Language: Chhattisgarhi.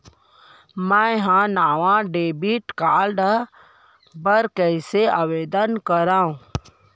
मै हा नवा डेबिट कार्ड बर कईसे आवेदन करव?